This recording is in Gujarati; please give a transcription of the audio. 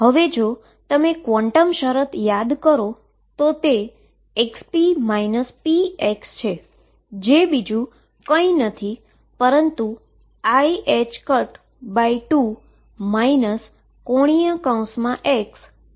હવે જો તમે ક્વોન્ટમ કન્ડીશન યાદ કરો તો તે xp px છે જે બીજુ કઈ નથી પરંતુ iℏ2 ⟨x⟩⟨p⟩ બને છે